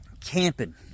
camping